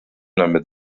damit